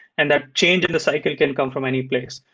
and that change in the cycle can come from any place.